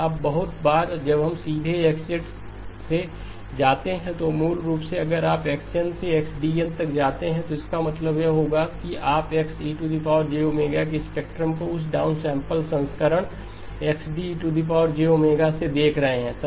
अब बहुत बार जब हम सीधे X से जाते हैं तो मूल रूप से अगर आप x n से XD n तक जाते हैं तब इसका मतलब यह होगा कि आप X के स्पेक्ट्रम को उस डाउनसैंपल संस्करण XD से देख रहे हैं